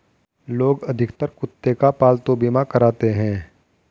लोग अधिकतर कुत्ते का पालतू बीमा कराते हैं